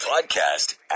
podcast